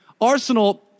Arsenal